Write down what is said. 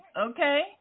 Okay